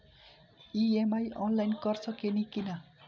EMI online कर सकेनी की ना?